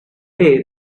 day